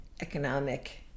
economic